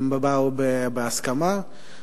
באו בהסכמה.